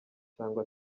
cyangwa